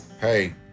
hey